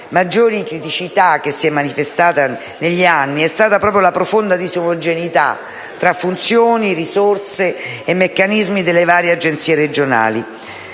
maggiori criticità manifestatasi negli anni è stata proprio la profonda disomogeneità tra funzioni, risorse e meccanismi delle varie Agenzie regionali.